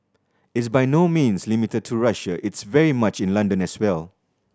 it's by no means limited to Russia it's very much in London as well